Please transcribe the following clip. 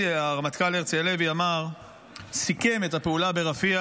הרמטכ"ל הרצי הלוי סיכם את הפעולה ברפיח